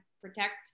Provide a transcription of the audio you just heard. protect